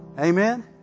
Amen